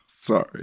Sorry